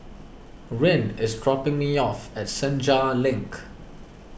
Ryne is dropping me off at Senja Link